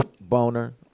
boner